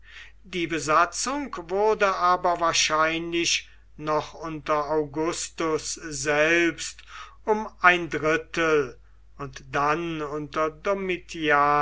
die besatzung wurde aber wahrscheinlich noch unter augustus selbst um ein drittel und dann unter